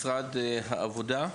משרד העבודה?